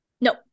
No